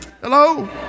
Hello